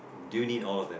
do you need all of them